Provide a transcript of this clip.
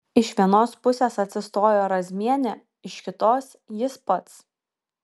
iš vienos pusės atsistojo razmienė iš kitos jis pats